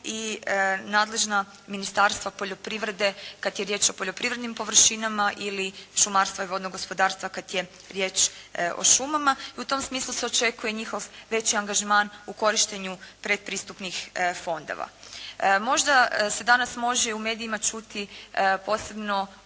i nadležna Ministarstva poljoprivrede kada je riječ o poljoprivrednim površinama ili šumarstva i vodnog gospodarstva kada je riječ o šumama. I u tom smislu se očekuje njihov veći angažman u korištenju predpristupnih fondova. Možda se danas može i u medijima čuti, posebno